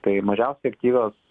tai mažiausiai efektyvios